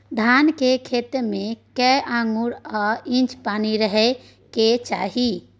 धान के खेत में कैए आंगुर आ इंच पानी रहै के चाही?